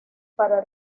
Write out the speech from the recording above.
para